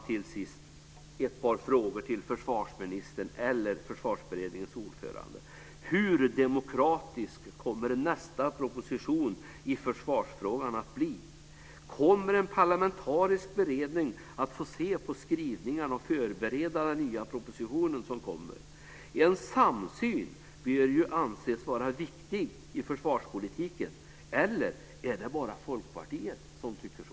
Till sist ett par frågor till försvarsministern eller Försvarsberedningens ordförande: Hur demokratisk kommer nästa proposition i försvarsfrågan att bli? Kommer en parlamentarisk beredning att få se skrivningarna och förbereda den nya propositionen som kommer? En samsyn bör ju anses vara viktig i försvarspolitiken, eller är det bara Folkpartiet som tycker så?